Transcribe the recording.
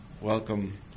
welcome